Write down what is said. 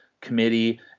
committee